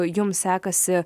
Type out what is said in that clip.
jums sekasi